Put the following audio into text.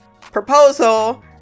proposal